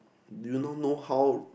do you know know how